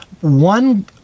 one